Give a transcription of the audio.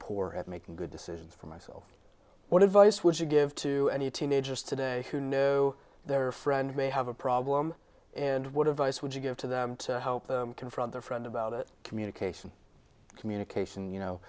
poor at making good decisions for myself what advice would you give to any teenagers today who knew their friend may have a problem and would advise would you give to them to help them confront their friend about it communication communication you know